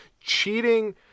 cheating